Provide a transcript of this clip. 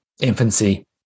infancy